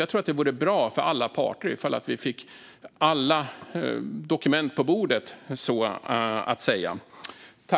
Jag tror att det vore bra för alla parter ifall vi fick alla dokument på bordet, så att säga.